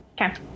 Okay